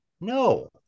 No